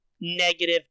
negative